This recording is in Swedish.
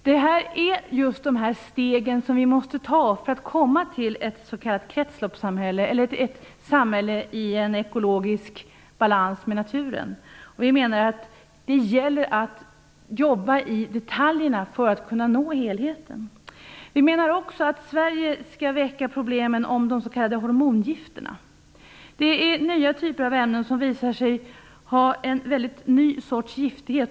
Det är just de steg som vi måste ta för att komma fram till ett s.k. kretsloppssamhälle eller till ett samhälle i ekologisk balans med naturen. Vi menar att det gäller att jobba med detaljerna för att kunna nå helheten. Vi menar också att Sverige skall ta upp problemen med de s.k. hormongifterna. Det är nya typer av ämnen som har visat sig ha en ny sorts giftighet.